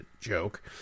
joke